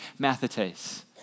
Mathetes